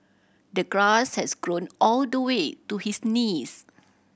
the grass has grown all the way to his knees